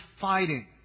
fighting